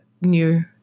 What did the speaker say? new